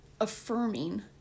affirming